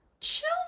chill